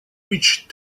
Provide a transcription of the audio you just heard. reach